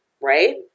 Right